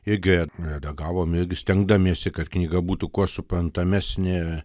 irgi redagavom irgi stengdamiesi kad knyga būtų kuo suprantamesnė